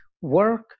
work